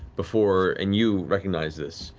before and you recognize this.